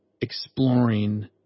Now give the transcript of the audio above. exploring